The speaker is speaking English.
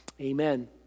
Amen